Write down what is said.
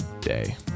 day